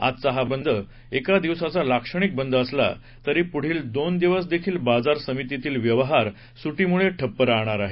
आजचा हा बंद एका दिवसाचा लाक्षणिक बंद असला तरी पुढील दोन दिवस देखील बाजार समितीतील व्यवहार सुटीमुळे ठप्प राहणार आहे